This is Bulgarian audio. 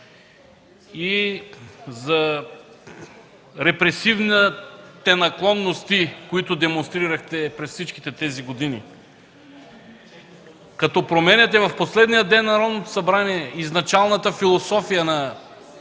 и за репресивните наклонности, които демонстрирахте през всичките тези години! Като променяте в последния ден на Народното събрание изначалната философия на